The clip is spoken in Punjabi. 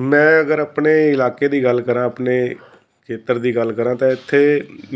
ਮੈਂ ਅਗਰ ਆਪਣੇ ਇਲਾਕੇ ਦੀ ਗੱਲ ਕਰਾਂ ਆਪਣੇ ਖੇਤਰ ਦੀ ਗੱਲ ਕਰਾਂ ਤਾਂ ਇੱਥੇ